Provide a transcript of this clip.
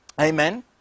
Amen